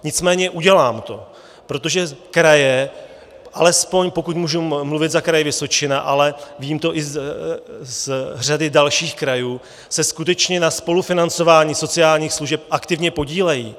Nicméně udělám to, protože kraje, alespoň pokud můžu mluvit za Kraj Vysočina, ale vím to i z řady dalších krajů, se skutečně na spolufinancování sociálních služeb aktivně podílejí.